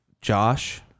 Josh